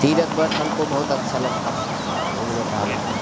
तीर्थ ब्रत हमको बहुत अच्छा लगता है घूमने टहलने में